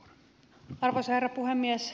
arvoisa herra puhemies